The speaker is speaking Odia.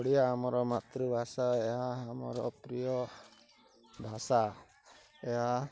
ଓଡ଼ିଆ ଆମର ମାତୃଭାଷା ଏହା ଆମର ପ୍ରିୟ ଭାଷା ଏହା